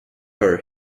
her